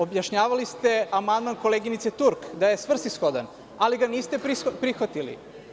Objašnjavali ste amandman koleginice Turk da je svrsishodan, ali ga niste prihvatili.